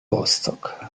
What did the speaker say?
rostock